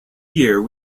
year